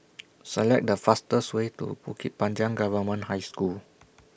Select The fastest Way to Bukit Panjang Government High School